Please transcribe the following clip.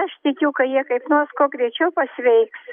aš tikiu ka jie kaip nors kuo greičiau pasveiks